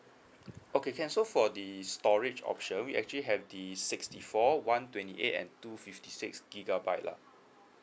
okay can so for the storage option we actually have the sixty four one twenty eight and two fifty six gigabyte lah